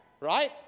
Right